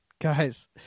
Guys